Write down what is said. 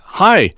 hi